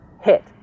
hit